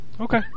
okay